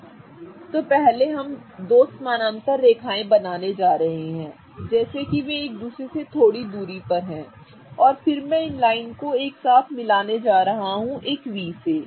इसलिए हम पहले दो समानांतर रेखाएँ बनाने जा रहे हैं जैसे कि वे एक दूसरे से थोड़ी दूरी पर हैं और फिर मैं इन दो लाइनों को एक साथ मिलाने जा रहा हूं एक V से